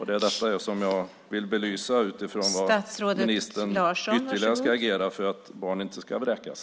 Det är det jag vill belysa så att ministern ytterligare ska agera för att barn inte ska vräkas.